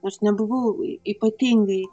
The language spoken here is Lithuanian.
aš nebuvau ypatingai